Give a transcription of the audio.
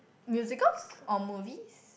musicals or movies